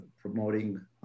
promoting